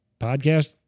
podcast